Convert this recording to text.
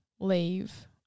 leave